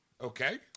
Okay